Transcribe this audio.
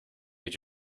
age